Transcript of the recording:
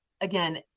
again